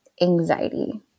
anxiety